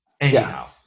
Anyhow